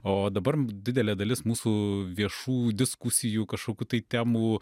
o dabar didelė dalis mūsų viešų diskusijų kažkokių tai temų